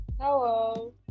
Hello